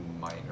minor